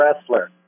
wrestler